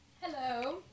hello